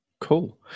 Cool